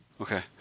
okay